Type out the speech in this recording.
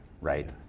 right